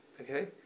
okay